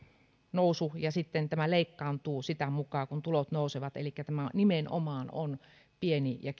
nousu ja sitten tämä leikkaantuu sitä mukaa kun tulot nousevat elikkä tämä nimenomaan on pieni ja